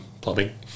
plumbing